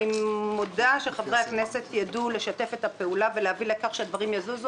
אני מודה שחברי הכנסת ידעו לשתף פעולה ולהביא לכך שהדברים יזוזו,